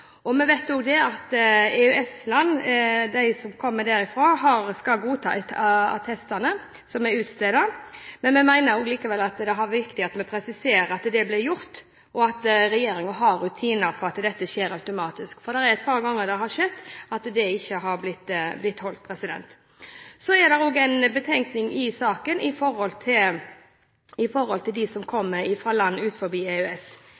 den. Vi vet også at de som kommer fra EØS-land, skal godta attestene som er utstedt. Likevel mener vi det er viktig at vi presiserer at dette blir gjort, og at regjeringen har rutiner på at dette skjer automatisk, for det har skjedd et par ganger at det ikke har blitt gjort. Det er også en betenkning i saken når det gjelder dem som kommer fra land utenfor EØS. Vi vet at veldig mange av dem som kommer til Norge og får opphold, som – etter at de